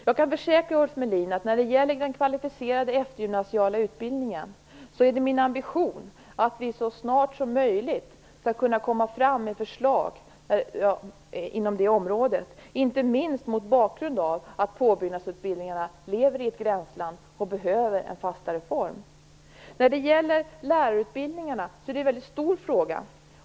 Jag kan försäkra Ulf Melin att min ambition när det gäller den kvalificerade eftergymnasiala utbildningen är att vi så snart som möjligt skall kunna lägga fram förslag på det området, inte minst mot bakgrund av att påbyggnadsutbildningarna lever i ett gränsland och behöver en fastare form. Lärarutbildningarna är en väldigt stor fråga.